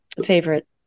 favorite